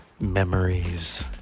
memories